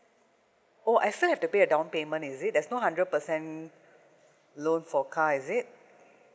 oh I still have to pay the down payment is it there's no hundred percent loan for car is it